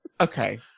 okay